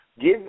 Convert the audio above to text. Give